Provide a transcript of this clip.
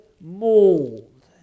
mold